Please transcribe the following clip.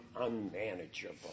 unmanageable